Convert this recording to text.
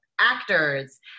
actors